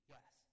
Yes